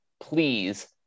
please